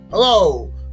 Hello